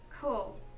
Cool